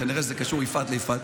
כנראה שזה קשור, יפעת ליפעת.